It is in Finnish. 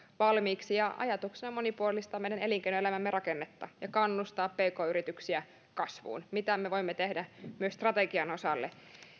valmiiksi ajatuksena on monipuolistaa meidän elinkeinoelämämme rakennetta ja kannustaa pk yrityksiä kasvuun mitä me voimme tehdä myös strategian osalta